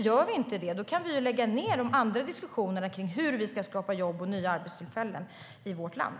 Gör vi inte det kan vi lägga ned de andra diskussionerna om hur vi ska skapa jobb och nya arbetstillfällen i vårt land.